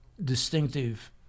distinctive